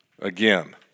again